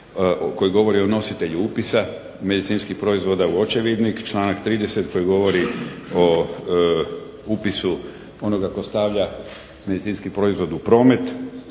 koji govori o nositelju upisa medicinskih proizvoda u očevidnik, članak 30. koji govori o upisu onoga tko stavlja medicinski proizvod u promet,